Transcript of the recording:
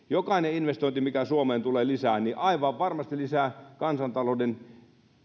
jokainen investointi mikä suomeen tulee lisää aivan varmasti lisää kansantalouden